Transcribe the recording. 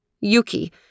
Yuki